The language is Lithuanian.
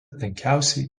tankiausiai